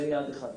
זה יעד אחד.